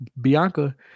Bianca